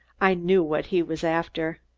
i knew what he was after.